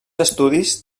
estudis